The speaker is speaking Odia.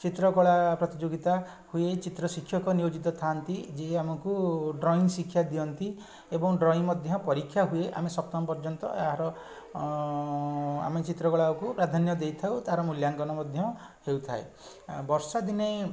ଚିତ୍ରକଳା ପ୍ରତିଯୋଗିତା ହୁଏ ଚିତ୍ର ଶିକ୍ଷକ ନିୟୋଜିତ ଥାଆନ୍ତି ଯିଏ ଆମକୁ ଡ୍ରଇଂ ଶିକ୍ଷା ଦିଅନ୍ତି ଏବଂ ଡ୍ରଇଂ ମଧ୍ୟ ପରୀକ୍ଷା ହୁଏ ଆମେ ସପ୍ତମ ପର୍ଯ୍ୟନ୍ତ ଏହାର ଆମେ ଚିତ୍ରକଳାକୁ ପ୍ରାଧାନ୍ୟ ଦେଇଥାଉ ତା'ର ମୂଲ୍ୟାଙ୍କନ ମଧ୍ୟ ହେଇଥାଏ ବର୍ଷାଦିନେ